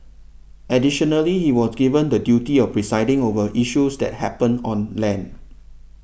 additionally he was given the duty of presiding over issues that happen on land